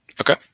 Okay